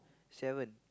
seven